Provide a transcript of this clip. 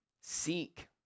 seek